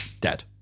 dead